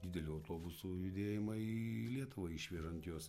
didelių autobusų judėjimą į lietuvą išvežant juos